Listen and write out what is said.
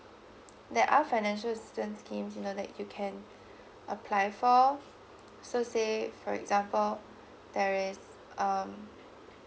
there are financial assistance schemes you know that you can apply for so say for example there is um